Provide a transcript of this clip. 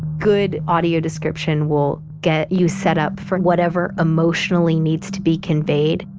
good audio description will get you set up for whatever emotionally needs to be conveyed,